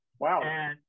wow